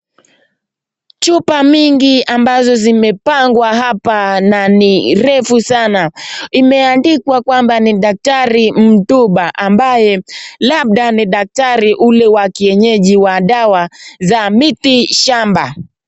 Chupa mingi ambazo zimepangwa hapa na ni refu sana. Imeandikwa kwamba ni daktari Mtuba ambaye labda ni daktari ule wa kienyeji wa dawa za miti shamba.